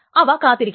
അവ കാത്തിരിക്കും